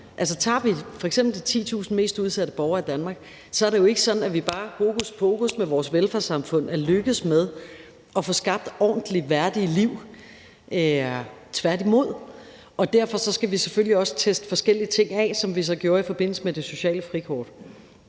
tager vi f.eks. de 10.000 mest udsatte borgere i Danmark, er det jo ikke sådan, at vi bare, hokuspokus, med vores velfærdssamfund er lykkedes med at få skabt ordentlige, værdige liv – tværtimod. Derfor skal vi selvfølgelig også teste forskellige ting af, som vi så gjorde i forbindelse med det sociale frikort.